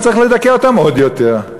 וצריך לדכא אותם עוד יותר.